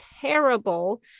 terrible